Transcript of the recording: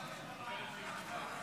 והספורט נתקבלה.